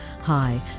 Hi